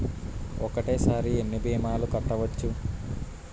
ఒక్కటేసరి ఎన్ని భీమాలు కట్టవచ్చు?